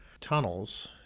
tunnels